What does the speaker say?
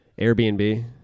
Airbnb